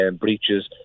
breaches